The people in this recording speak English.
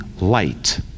light